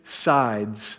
sides